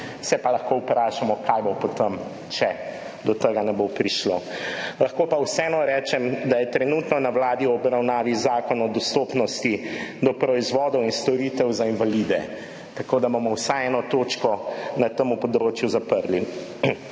se pa lahko vprašamo, kaj bo po tem, če do tega ne bo prišlo. Lahko pa vseeno rečem, da je trenutno na Vladi v obravnavi zakon o dostopnosti do proizvodov in storitev za invalide, tako da bomo vsaj eno točko na tem področju zaprli.